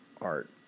art